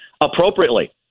appropriately